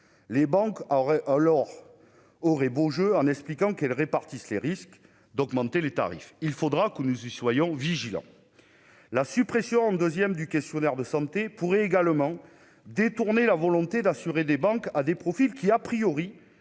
alors aurait beau jeu en expliquant qu'elles répartissent les risques d'augmenter les tarifs, il faudra que nous y soyons vigilants, la suppression 2ème du questionnaire de santé pourrait également détourné la volonté d'assurer des banques à des profils qui, a priori,